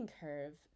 curve